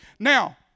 Now